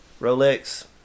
Rolex